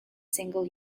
single